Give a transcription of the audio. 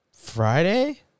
Friday